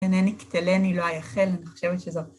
הן יקטלני לו אייחל, אני חושבת שזו...